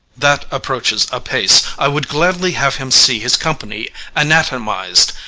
that approaches apace. i would gladly have him see his company anatomiz'd,